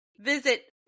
visit